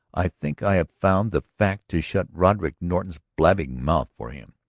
i think i have found the fact to shut roderick norton's blabbing mouth for him!